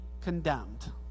condemned